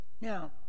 Now